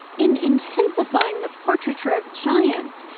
in intensifying the portraiture of giants,